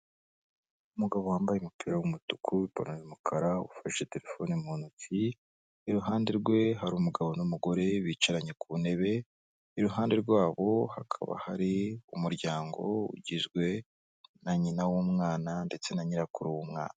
Umugabo wambaye umupira w'umutuku, ipantaro y'umukara ufashe telefone mu ntoki iruhande rwe hari umugabo n'umugore bicaranye ku ntebe, iruhande rwabo hakaba hari umuryango ugizwe na nyina w'umwana ndetse na nyirakuru w'umwana.